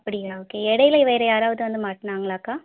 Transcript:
அப்படிங்களா ஓகே இடையில வேறு யாராவது வந்து மாட்டினாங்களாக்கா